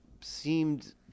seemed